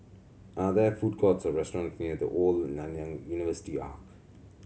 are there food courts or restaurants near The Old Nanyang University Arch